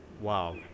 Wow